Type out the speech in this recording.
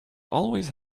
always